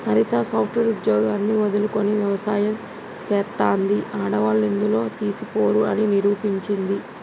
హరిత software ఉద్యోగాన్ని వదులుకొని వ్యవసాయం చెస్తాంది, ఆడవాళ్లు ఎందులో తీసిపోరు అని నిరూపించింది